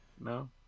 No